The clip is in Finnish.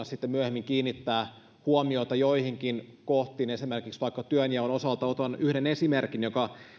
sitten myöhemmin kiinnittää huomiota joihinkin kohtiin esimerkiksi vaikka työnjaon osalta otan yhden esimerkin joka